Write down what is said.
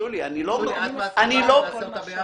שולי, את מסכימה שנעשה אותה ביחד?